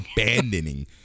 abandoning